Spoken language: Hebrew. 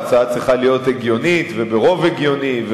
ההצעה צריכה להיות הגיונית וברוב הגיוני,